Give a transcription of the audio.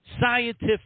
scientific